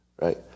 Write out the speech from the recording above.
right